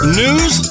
news